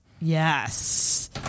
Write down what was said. Yes